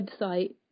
website